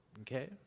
Okay